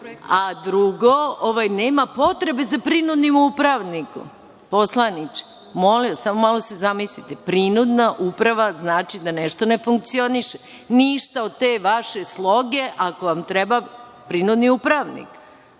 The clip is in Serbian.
a drugo, nema potrebe za prinudnim upravnikom, poslaniče, molim vas, samo malo se zamislite. Prinudna uprava znači da nešto ne funkcioniše. Ništa od te vaše sloge, ako vam treba prinudni upravnik.